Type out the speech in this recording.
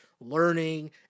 learning